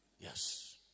Yes